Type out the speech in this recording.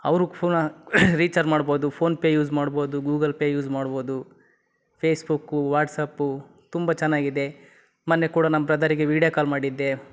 ಅವ್ರಿಗ್ ಫುನಃ ರೀಚಾರ್ಜ್ ಮಾಡ್ಬೋದು ಫೋನ್ಪೇ ಯೂಸ್ ಮಾಡ್ಬೋದು ಗೂಗಲ್ಪೇ ಯೂಸ್ ಮಾಡ್ಬೋದು ಫೇಸ್ಬುಕ್ಕು ವಾಟ್ಸಪ್ಪು ತುಂಬ ಚೆನ್ನಾಗಿದೆ ಮೊನ್ನೆ ಕೂಡ ನಮ್ಮ ಬ್ರದರಿಗೆ ವಿಡಿಯೋ ಕಾಲ್ ಮಾಡಿದ್ದೆ